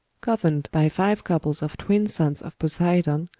governed by five couples of twin sons of poseidon,